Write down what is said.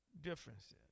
differences